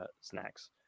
snacks